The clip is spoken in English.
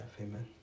Amen